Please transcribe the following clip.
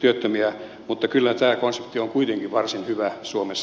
työttömiä mutta kyllä tämä konsepti on kuitenkin varsin hyvä suomessa tänäkin päivänä